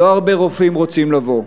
לא הרבה רופאים רוצים לבוא.